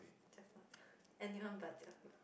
just not Jia-Hui anyone but Jia-Hui